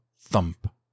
thump